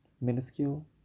Minuscule